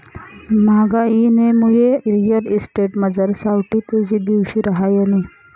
म्हागाईनामुये रिअल इस्टेटमझार सावठी तेजी दिवशी रहायनी